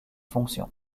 fonctions